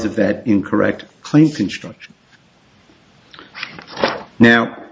of that incorrect claim construction now